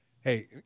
Hey